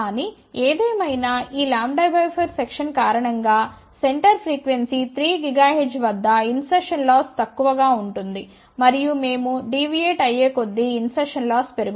కానీ ఏదేమైనా ఈ λ 4 సెక్షన్ కారణం గా సెంటర్ ఫ్రీక్వెన్సీ 3 GHz వద్ద ఇన్సర్షన్ లాస్ తక్కువగా ఉంటుంది మరియు మేము డీవియేట్ అయ్యేకొద్దీ ఇన్సర్షన్ లాస్ పెరుగుతుంది